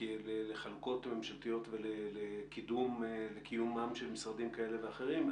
לחלוקות הממשלתיות ולקיומם של משרדים כאלה ואחרים.